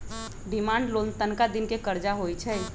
demand loan तनका दिन के करजा होइ छइ